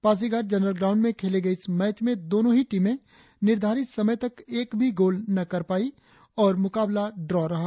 Pasighat general ground में खेले गए इस मैच में दोनों ही टीमें निर्धारित समय तक एक भी गोल नहीं कर पाई और मुकाबला ड्रॉ रहा